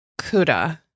Kuda